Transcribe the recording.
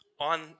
On